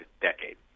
decade